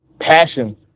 passion